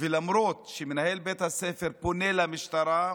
ולמרות שמנהל בית הספר פונה למשטרה,